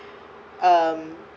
um